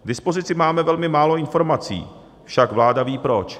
K dispozici máme velmi málo informací však vláda ví proč.